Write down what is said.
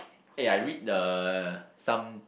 eh I read the some